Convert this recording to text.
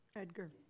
Edgar